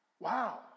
Wow